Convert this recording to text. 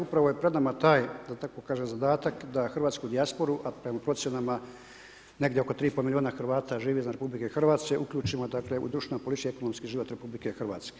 Upravo je pred nama taj, da tako kažem, zadatak da hrvatsku dijasporu, a prema procjenama negdje oko 3 i pol milijuna Hrvata živi izvan RH, uključimo u društveno politički i ekonomski život RH.